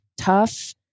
tough